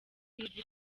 iva